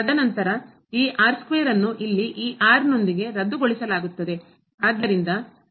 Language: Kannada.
ತದನಂತರ ಈ ಅನ್ನು ಇಲ್ಲಿ ಈ ನೊಂದಿಗೆ ರದ್ದು ಗೊಳಿಸಲಾಗುತ್ತದೆ